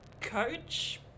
coach